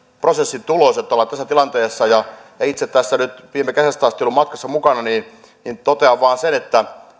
prosessin tulos että ollaan tässä tilanteessa kun itse tässä nyt viime kesästä asti olen ollut matkassa mukana niin totean vain sen että